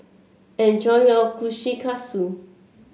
enjoy your Kushikatsu